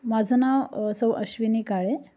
माझं नाव सौ अश्विनी काळे